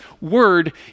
word